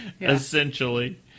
Essentially